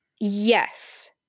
yes